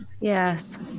Yes